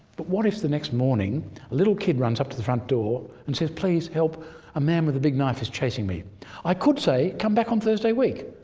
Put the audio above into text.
but what if the next morning little kid runs up to the front door and says, please help a man with a big knife is chasing me i could say, come back on thursday week,